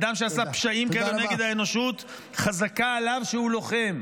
אדם שעשה פשעים נגד האנושות, חזקה עליו שהוא לוחם.